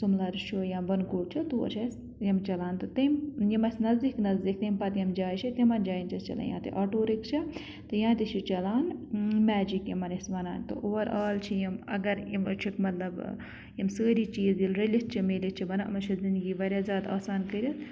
سُملَر چھُ یا بَنہٕ کوٗٹ چھُ تور چھِ اَسہِ یِم چَلان تہٕ تٔمۍ یِم اَسہِ نزدیٖک نزدیٖک تمہِ پَتہٕ یِم جاے چھِ تِمَن جایَن چھِ أسۍ چَلان یا تہِ آٹوٗ رِکشا تہٕ یا تہِ چھِ چَلان میجِک یِمَن أسۍ وَنان تہٕ اوٚوَر آل چھِ اگر یِم أسۍ چھِکھ مطلب یِم سٲری چیٖز رٔلِتھ چھِ میٖلِتھ چھِ بَنا یِمَن چھِ اَسہِ زِندگی واریاہ زیادٕ آسان کٔرِتھ